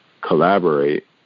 collaborate